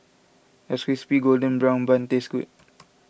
does Crispy Golden Brown Bun taste good